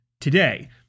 today